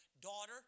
daughter